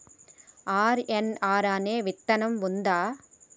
RNR అనే విత్తనం ఉందా?